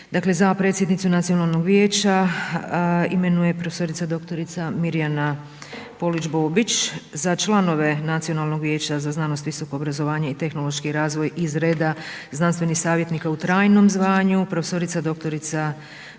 dakle za predsjednicu Nacionalnog vijeća imenuje pro.dr. Mirjana Polić Bobić. Za članove Nacionalnog vijeća za znanost, visoko obrazovanje i tehnološki razvoj iz reda znanstvenih savjetnika u trajnom zvanju prof.dr. Vlasta Ilišin,